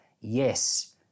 yes